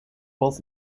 was